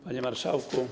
Panie Marszałku!